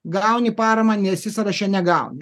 gauni paramą nesi sąraše negauni